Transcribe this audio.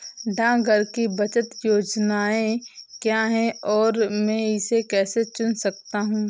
डाकघर की बचत योजनाएँ क्या हैं और मैं इसे कैसे चुन सकता हूँ?